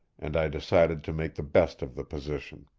and i decided to make the best of the position.